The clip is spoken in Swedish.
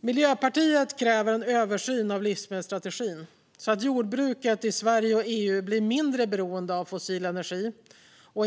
Miljöpartiet kräver en översyn av livsmedelsstrategin så att jordbruket i Sverige och EU blir mindre beroende av fossil energi.